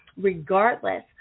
regardless